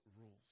rules